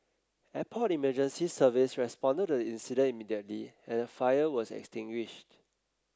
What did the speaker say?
Airport Emergency Service responded to the incident immediately and the fire was extinguished